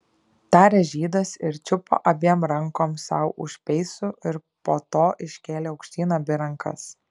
tarė žydas ir čiupo abiem rankom sau už peisų ir po to iškėlė aukštyn abi rankas